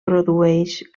produeix